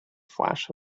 flash